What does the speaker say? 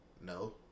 No